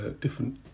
different